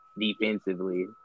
defensively